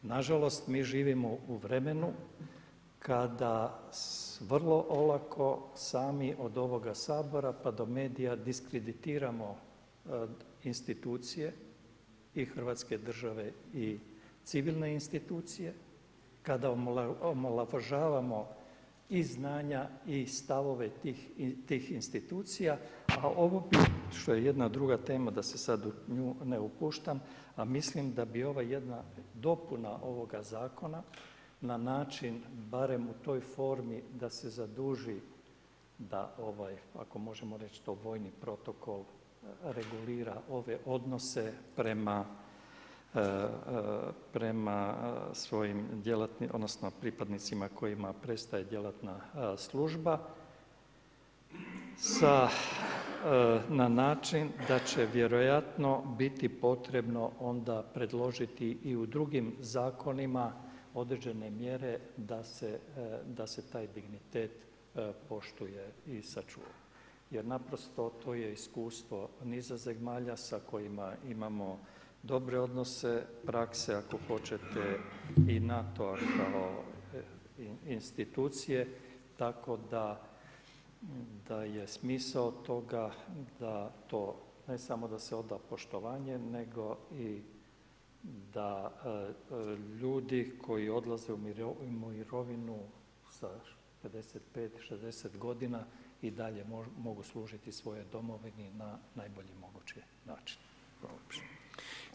Na žalost, mi živimo u vremenu kada vrlo olako sami od ovoga Sabora pa do medija diskreditiramo institucije i Hrvatske države i civilne institucije kada omalovažavamo i znanje i stavove tih institucija, a ovo što je jedna druga tema da se sada u nju ne upuštam a mislim da bi ova jedna dopuna ovoga zakona na način barem u toj formi da se zaduži da ako možemo reći to vojni protokol regulira ove odnose prema svojim pripadnicima kojima prestaje djelatna služba na način da će vjerojatno biti potrebno onda predložiti i u drugim zakonima određene mjere da se taj dignitet poštuje i sačuva, jer naprosto to je iskustvo niza zemalja sa kojima imamo dobre odnose prakse, ako hoćete i NATO-a kao institucije tako da je smisao toga da se ne samo oda poštovanje nego i da ljudi koji odlaze u mirovinu sa 55 i 60 godina i dalje mogu služiti svojoj Domovini na najbolji mogući način.